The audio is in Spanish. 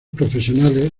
profesionales